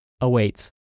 awaits